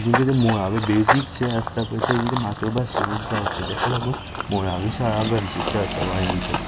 जे कितें मुळावे बेजिक्स जे आसता पळय ते तांचे मात्र भाशेनच जावचे तेका लागून मुळावी शाळा गरजेची आसा नाय म्हटले तरी